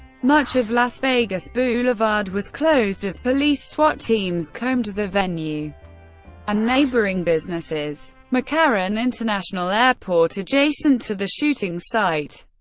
much of las vegas boulevard was closed as police swat teams combed the venue and ah neighboring businesses. mccarran international airport, adjacent to the shooting site,